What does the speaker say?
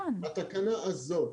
התקנה הזאת.